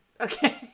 okay